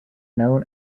known